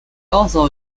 also